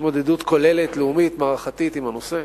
התמודדות כוללת, לאומית, מערכתית עם הנושא.